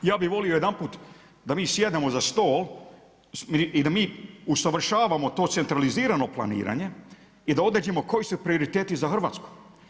Ja bih volio jedanput da mi sjednemo za stol i da mi usavršavamo to centralizirano planiranje i da odredimo koji su prioriteti za Hrvatsku.